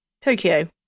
Tokyo